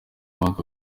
banki